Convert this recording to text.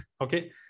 Okay